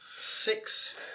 six